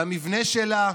על המבנה שלה,